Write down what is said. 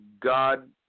God